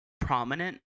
prominent